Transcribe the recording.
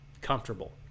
comfortable